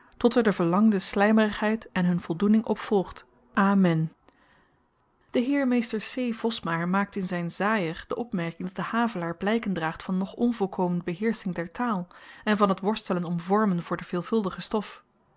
tot er de verlangde slymerigheid en hun voldoening op volgt amen de heer mr c vosmaer maakt in z'n zaaier de opmerking dat de havelaar blyken draagt van nog onvolkomen beheersching der taal en van t worstelen om vormen voor de veelvuldige stof